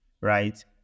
right